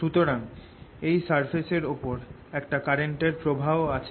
সুতরাং এই সারফেস এর ওপর একটা কারেন্ট এর প্রবাহ আছে